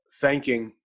thanking